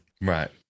Right